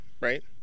right